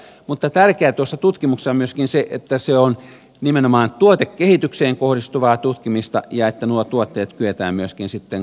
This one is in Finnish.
tärkeää tuossa tutkimuksessa on myöskin se että se on nimenomaan tuotekehitykseen kohdistuvaa tutkimista ja että nuo tuotteet kyetään myöskin sitten kaupallistamaan